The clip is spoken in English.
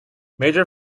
major